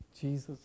Jesus